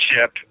ship